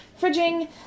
Fridging